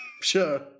Sure